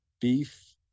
beef